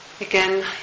Again